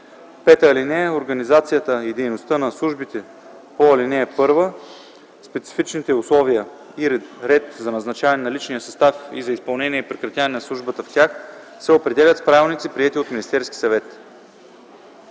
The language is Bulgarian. по ал. 1. (5) Организацията и дейността на службите по ал. 1, специфичните условия и ред за назначаване на личния състав и за изпълнение и прекратяване на службата в тях се определят с правилници, приети от Министерския съвет.”